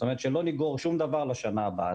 זאת אומרת, שלא נגרור שום דבר לשנה הבאה.